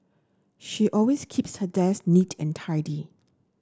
she always keeps her desk neat and tidy